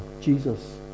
Jesus